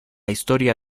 historia